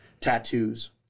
tattoos